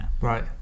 right